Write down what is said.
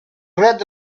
red